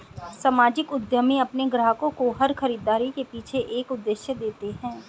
सामाजिक उद्यमी अपने ग्राहकों को हर खरीदारी के पीछे एक उद्देश्य देते हैं